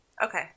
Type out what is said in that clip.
Okay